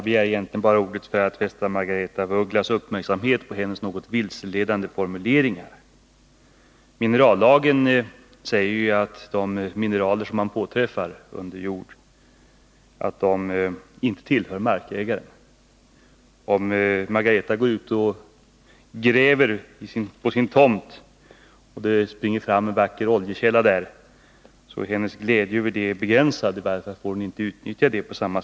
Herr talman! Jag begärde ordet för att fästa Margaretha af Ugglas uppmärksamhet på att hennes formuleringar var något vilseledande. Enligt minerallagen tillhör de mineraler som påträffas under jord inte markägaren. Om Margaretha af Ugglas går ut och gräver på sin tomt och det springer fram en oljekälla där bör hennes glädje över den vara begränsad — i varje fall får hon inte utan tillstånd utnyttja den.